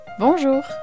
Bonjour